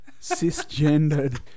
cisgendered